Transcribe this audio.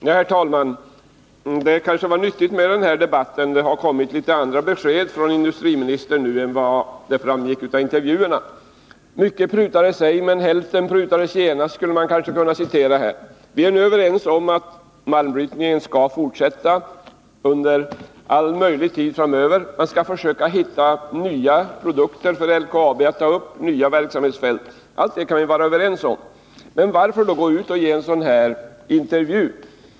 Herr talman! Det kanske var nyttigt med den här debatten. Det har kommit litet andra besked från industriministern nu än vad som framgick av intervjuerna. Mycket prutades ej, men hälften prutades genast, skulle man kanske kunna citera här. Vi är nu överens om att malmbrytningen skall fortsätta under så lång tid framöver som det är möjligt. Man skall försöka hitta nya produkter för LKAB, nya verksamhetsfält. Allt detta kan vi vara överens om. Men varför då gå ut och ge en sådan här intervju?